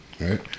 right